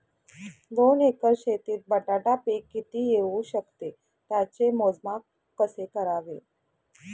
दोन एकर शेतीत बटाटा पीक किती येवू शकते? त्याचे मोजमाप कसे करावे?